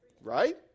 Right